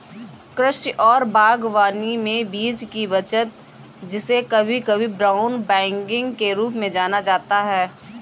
कृषि और बागवानी में बीज की बचत जिसे कभी कभी ब्राउन बैगिंग के रूप में जाना जाता है